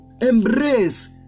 embrace